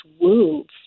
wounds